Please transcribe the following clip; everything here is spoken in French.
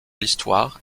l’histoire